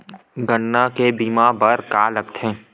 गन्ना के बीमा बर का का लगथे?